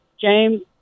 James